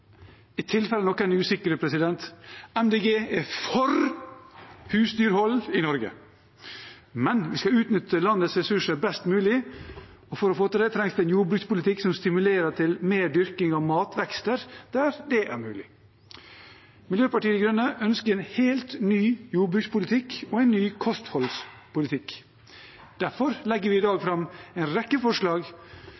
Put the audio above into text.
i tilfelle noen er usikre: Miljøpartiet De Grønne er for husdyrhold i Norge, men vi skal utnytte landets ressurser best mulig, og for å få til det trengs det en jordbrukspolitikk som stimulerer til mer dyrking av matvekster der det er mulig. Miljøpartiet De Grønne ønsker en helt ny jordbrukspolitikk og en ny kostholdspolitikk. Derfor legger vi i dag